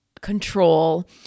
control